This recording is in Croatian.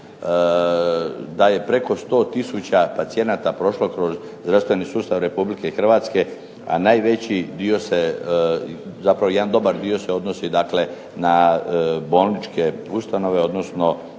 Da je preko 100 tisuća pacijenata prošlo kroz zdravstveni sustav RH, a najveći dio se, zapravo jedan dobar dio se odnosi dakle na bolničke ustanove, odnosno